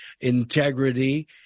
integrity